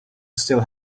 still